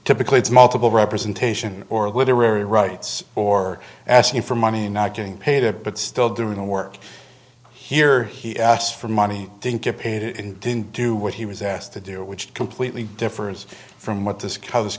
typically it's multiple representation or literary rights or asking for money not getting paid it but still doing the work here he asked for money didn't get paid and didn't do what he was asked to do which is completely different from what this cow this